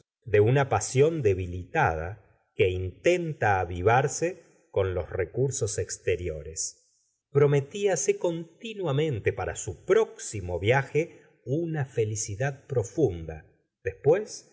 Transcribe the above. de una pasión debilitada que intent t avivarse con los recursos exteriores prometíase continuamente para su próximo viaje una felicidad profunda después